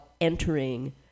entering